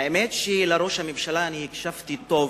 האמת שלראש הממשלה אני הקשבתי טוב,